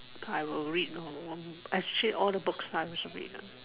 I will read long long actually all the books ah we should read lah